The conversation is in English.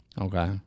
okay